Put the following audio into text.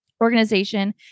organization